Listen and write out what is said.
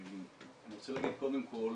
אני רוצה להגיד קודם כל